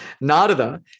Narada